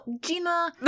Gina